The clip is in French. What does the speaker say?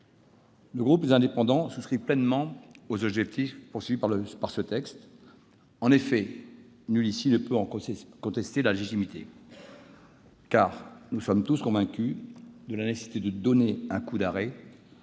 Le groupe Les Indépendants souscrit pleinement aux objectifs fixés par ce texte. Nul ici ne peut en contester la légitimité, car nous sommes tous convaincus de la nécessité de donner un coup d'arrêt